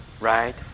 Right